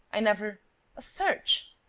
i never a search!